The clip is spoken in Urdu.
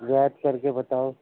رعایت کر کے بتاؤ